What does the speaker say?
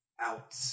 Out